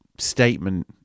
statement